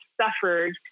suffered